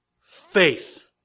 faith